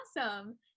Awesome